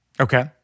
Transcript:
Okay